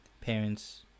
parents